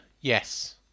yes